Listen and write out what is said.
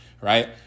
right